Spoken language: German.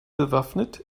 bewaffnet